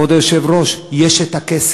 כבוד היושב-ראש, יש את הכסף,